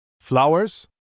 Flowers